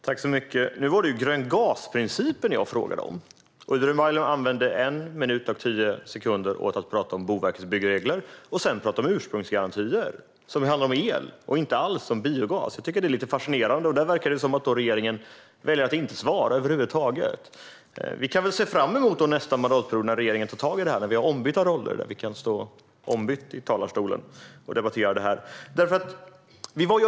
Herr talman! Nu var det grön-gas-principen jag frågade om. Ibrahim Baylan använde en minut och tio sekunder till att tala om Boverkets byggregler, och sedan talade han om ursprungsgarantier. Det handlar ju om el och inte alls om biogas. Jag tycker att det är lite fascinerande, och det verkar som att regeringen väljer att inte svara över huvud taget. Vi kan väl se fram emot nästa mandatperiod när regeringen tar tag i det här och vi har ombytta roller. Då kan vi stå omvänt här i talarstolarna och debattera detta.